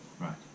Right